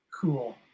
Cool